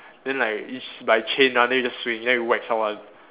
then like is like chain one then you just swing then you whack someone